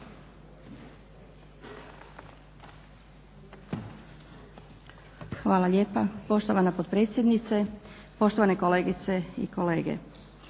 Hvala lijepa. Poštovana potpredsjednice, poštovane kolegice i kolege.